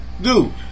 dude